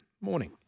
morning